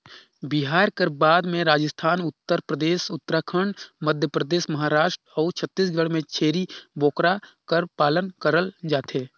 बिहार कर बाद राजिस्थान, उत्तर परदेस, उत्तराखंड, मध्यपरदेस, महारास्ट अउ छत्तीसगढ़ में छेरी बोकरा कर पालन करल जाथे